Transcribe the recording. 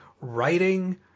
writing